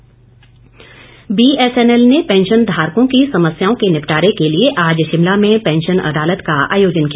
BSNL BSNL ने pension धारकों की समस्याओं के निपटारे के लिए आज शिमला में पैंशन अदालत का आयोजन किया